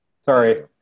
Sorry